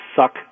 suck